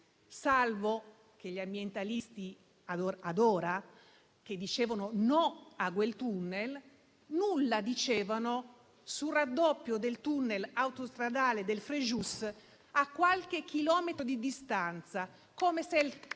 fatto che gli ambientalisti, che dicevano no a quel *tunnel*, nulla dicevano sul raddoppio del *tunnel* autostradale del Frejus a qualche chilometro di distanza, come se